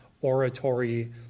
oratory